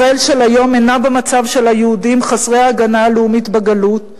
ישראל של היום אינה במצב של היהודים חסרי ההגנה הלאומית בגלות,